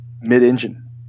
mid-engine